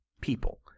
people